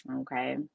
Okay